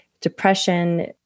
depression